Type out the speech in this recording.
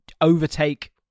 overtake